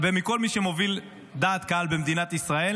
-- ומכל מי שמוביל דעת קהל במדינת ישראל